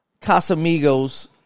Casamigos